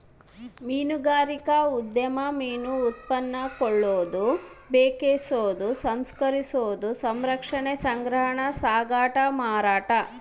ಮೀನುಗಾರಿಕಾ ಉದ್ಯಮ ಮೀನು ಉತ್ಪನ್ನ ಕೊಳ್ಳೋದು ಬೆಕೆಸೋದು ಸಂಸ್ಕರಿಸೋದು ಸಂರಕ್ಷಣೆ ಸಂಗ್ರಹ ಸಾಗಾಟ ಮಾರಾಟ